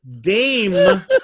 Dame